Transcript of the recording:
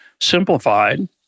simplified